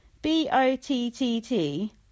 B-O-T-T-T